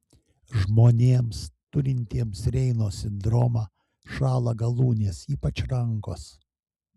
žmonėms turintiems reino sindromą šąla galūnės ypač rankos